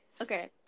Okay